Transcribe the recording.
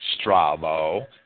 Strabo